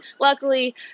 luckily